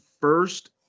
first